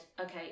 okay